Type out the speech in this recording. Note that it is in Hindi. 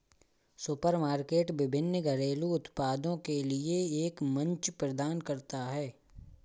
सुपरमार्केट विभिन्न घरेलू उत्पादों के लिए एक मंच प्रदान करता है